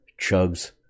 chugs